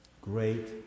great